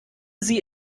sie